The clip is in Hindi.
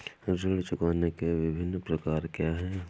ऋण चुकाने के विभिन्न प्रकार क्या हैं?